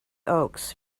oaks